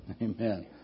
Amen